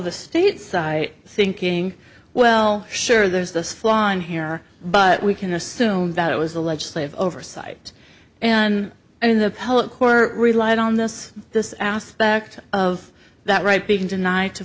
the state side thinking well sure there's this line here but we can assume that it was a legislative oversight and in the public or relied on this this aspect of that right begin tonight to